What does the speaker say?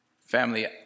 Family